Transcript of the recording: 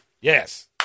Yes